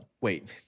Wait